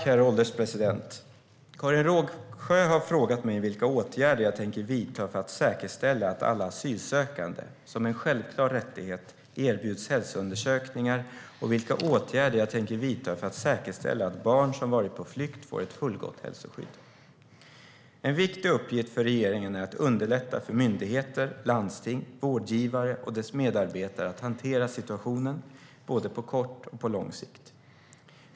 Herr ålderspresident! Karin Rågsjö har frågat mig vilka åtgärder jag tänker vidta för att säkerställa att alla asylsökande, som en självklar rättighet, erbjuds hälsoundersökningar och vilka åtgärder jag tänker vidta för att säkerställa att barn som varit på flykt får ett fullgott hälsoskydd. En viktig uppgift för regeringen är att underlätta för myndigheter, landsting, vårdgivare och deras medarbetare att hantera situationen, både på kort och på lång sikt.